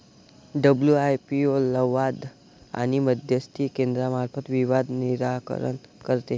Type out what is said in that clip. WIPO लवाद आणि मध्यस्थी केंद्रामार्फत विवाद निराकरण करते